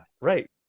right